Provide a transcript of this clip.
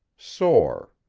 sore,